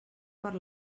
per